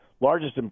largest